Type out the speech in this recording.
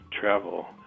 travel